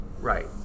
Right